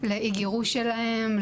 לאי גירוש שלהן,